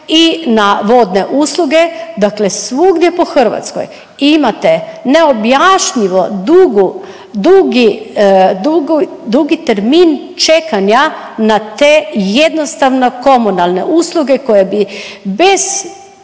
i na vodne usluge, dakle svugdje po Hrvatskoj imate neobjašnjivo dugu, dugi, dugu, dugi termin čekanja na te jednostavno komunalne usluge koje bi bez